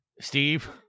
steve